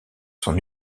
son